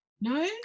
No